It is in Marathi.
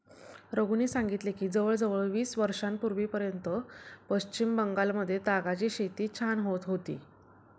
रघूने सांगितले की जवळजवळ वीस वर्षांपूर्वीपर्यंत पश्चिम बंगालमध्ये तागाची शेती छान होत होती